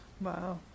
Wow